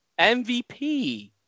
MVP